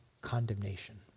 condemnation